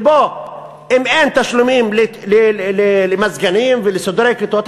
שבו אם אין תשלומים למזגנים ולסידורי כיתות,